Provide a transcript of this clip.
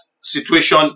situation